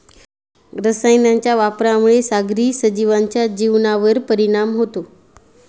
रसायनांच्या वापरामुळे सागरी सजीवांच्या जीवनावर परिणाम होतो